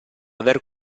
aver